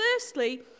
firstly